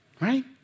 Right